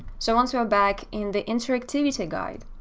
so, once we're back in the interactivity guide,